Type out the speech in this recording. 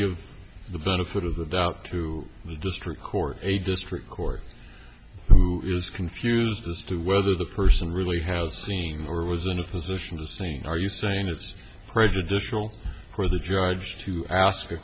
give the benefit of the valve to the district court a district court who is confused as to whether the person really has seen or was in a position of saying are you saying it's prejudicial for the judge to ask a